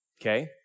Okay